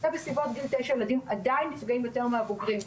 וגם בסביבות גיל 9 ילדים עדיין נפגעים יותר מהבוגרים,